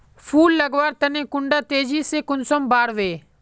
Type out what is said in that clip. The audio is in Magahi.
फुल लगवार तने कुंडा तेजी से कुंसम बार वे?